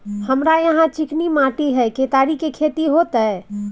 हमरा यहाँ चिकनी माटी हय केतारी के खेती होते?